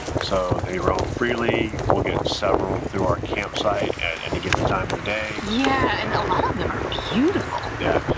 so they roam freely. we'll get several through our campsite at any given time of the day. yeah, and a lot of them are beautiful. yeah,